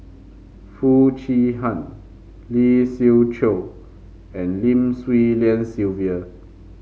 Foo Chee Han Lee Siew Choh and Lim Swee Lian Sylvia